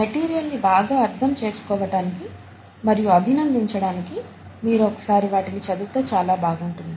మెటీరియల్ని బాగా అర్థం చేసుకోటానికి మరియు అభినందించడానికి మీరు ఒకసారి వాటిని చదివితే చాలా బాగుంటుంది